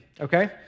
okay